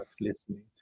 listening